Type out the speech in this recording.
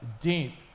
deep